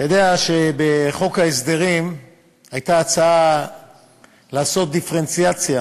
אתה יודע שבחוק ההסדרים הייתה הצעה לעשות דיפרנציאציה,